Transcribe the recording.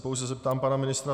Pouze se zeptám pana ministra.